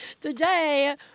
Today